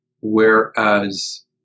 whereas